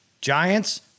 Giants